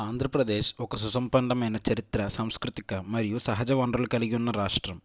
ఆంధ్రప్రదేశ్ ఒక సుసంపన్నమైన చరిత్ర సంస్కృతిక మరియు సహజ వనరులు కలిగి ఉన్న రాష్ట్రం